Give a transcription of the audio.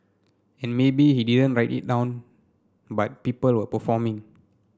and maybe he didn't write it down but people were performing